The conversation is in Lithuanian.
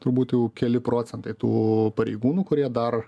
turbūt jau keli procentai tų pareigūnų kurie dar